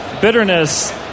bitterness